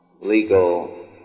legal